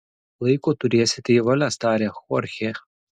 laiko turėsite į valias tarė chorchė